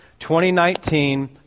2019